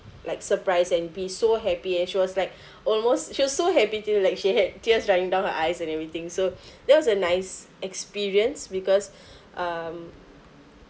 like surprised and be so happy and she was like almost she was so happy till like she had tears running down her eyes and everything so that was a nice experience because um